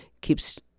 keeps